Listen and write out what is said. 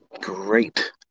great